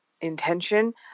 intention